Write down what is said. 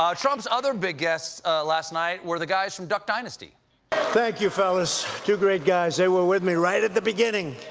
um trump's other big guests last night were the guys from duck dynasty thank you, fellas. two great guys. they were with me right at the beginning.